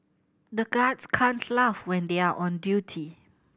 the guards can't laugh when they are on duty